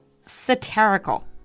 satirical